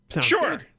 Sure